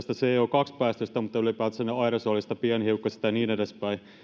co päästöstä vaan ylipäätänsä aerosolista pienhiukkasista ja niin edespäin